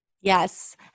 Yes